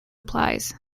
applies